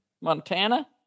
Montana